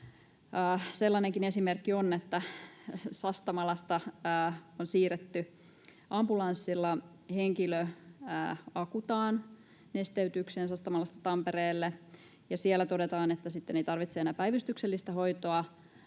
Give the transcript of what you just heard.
Sellainenkin esimerkki on, että Sastamalasta on siirretty ambulanssilla henkilö Acutaan nesteytykseen Tampereelle ja siellä todetaan, että ei tarvitse enää päivystyksellistä hoitoa,